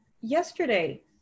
yesterday